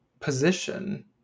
position